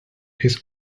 his